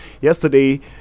Yesterday